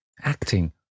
acting